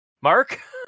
Mark